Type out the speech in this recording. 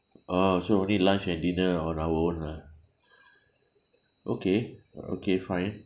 oh so only lunch and dinner on our own lah okay okay fine